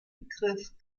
begriff